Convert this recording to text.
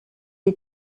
die